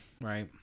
right